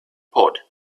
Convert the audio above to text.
pod